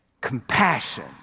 compassion